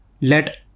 let